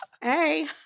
Hey